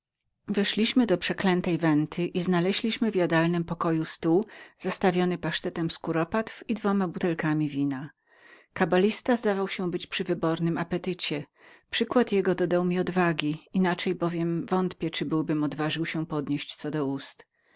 weszliśmy do opuszczonej venty i znaleźliśmy w jadalnym pokoju stół zastawiony pasztetem i dwoma butelkami wina kabalista zdawał się być przy wybornym apetycie przykład jego dodał mi odwagi inaczej bowiem wątpię czy byłbym odważył się ponieść co do ust